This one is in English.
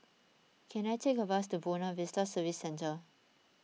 can I take a bus to Buona Vista Service Centre